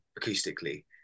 acoustically